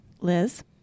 Liz